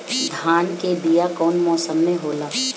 धान के बीया कौन मौसम में होला?